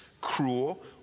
cruel